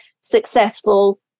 successful